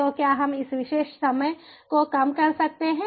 तो क्या हम इस विशेष समय को कम कर सकते हैं